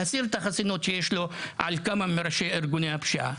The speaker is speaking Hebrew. להסיר את החסינות שיש לו על כמה מראשי ארגוני הפשיעה.